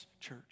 church